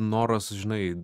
noras žinai